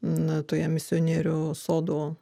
na toje misionierių sodų